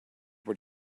what